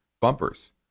bumpers